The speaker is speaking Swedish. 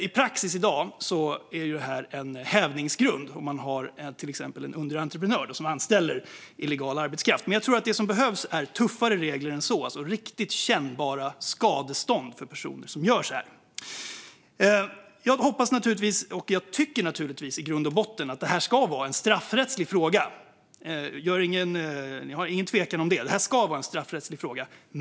I praxis i dag är det en hävningsgrund om man till exempel har en underentreprenör som anställer illegal arbetskraft, men jag tror att det som behövs är tuffare regler än så - alltså riktigt kännbara skadestånd för personer som gör så här. Jag tycker naturligtvis i grund och botten att detta ska vara en straffrättslig fråga; ha ingen tvekan om det. Detta ska vara en straffrättslig fråga.